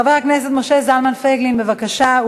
חבר הכנסת משה זלמן פייגלין, בבקשה.